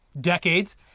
decades